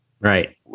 Right